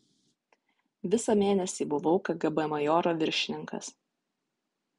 visą mėnesį buvau kgb majoro viršininkas